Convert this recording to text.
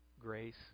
grace